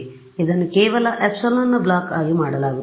ಆದ್ದರಿಂದ ಇದನ್ನು ಕೆಲವು ε ನ ಬ್ಲಾಕ್ ಆಗಿ ಮಾಡಲಾಗುತ್ತಿದೆ